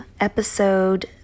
episode